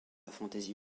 fantasy